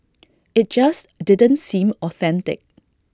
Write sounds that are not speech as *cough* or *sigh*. *noise* IT just didn't seem authentic